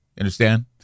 Understand